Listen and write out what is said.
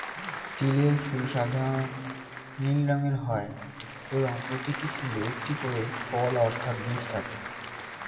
তিলের ফুল সাধারণ নীল রঙের হয় এবং প্রতিটি ফুলে একটি করে ফল অর্থাৎ বীজ থাকে